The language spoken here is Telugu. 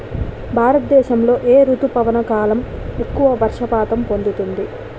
భారతదేశంలో ఏ రుతుపవన కాలం ఎక్కువ వర్షపాతం పొందుతుంది?